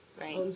Right